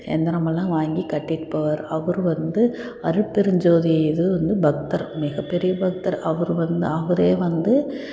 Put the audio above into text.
எந்திரமெல்லாம் வாங்கி கட்டிகிட்டு போவார் அவர் வந்து அருட்பெருஞ்சோதி இது வந்து பக்தர் மிகப்பெரிய பக்தர் அவர் வந்து அவரே வந்து